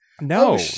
No